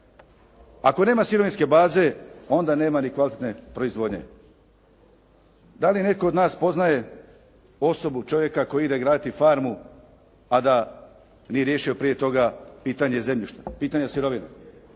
Ako nema sirovinske baze, onda nema ni kvalitetne proizvodnje. Da li netko od nas poznaje osobu, čovjeka koji ide graditi farmu, a da nije riješio prije toga pitanje zemljišta, pitanje sirovine?